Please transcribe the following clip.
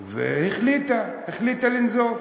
והחליטה, החליטה לנזוף.